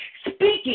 speaking